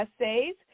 essays